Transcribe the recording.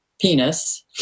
penis